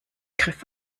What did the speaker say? griff